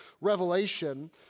Revelation